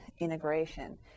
integration